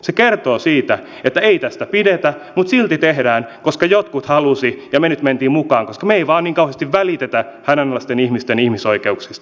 se kertoo siitä että ei tästä pidetä mutta silti tehdään koska jotkut halusi ja me nyt mentiin mukaan koska me ei vaan niin kauheesti välitetä hädänalaisten ihmisten ihmisoikeuksista